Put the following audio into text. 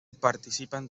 participan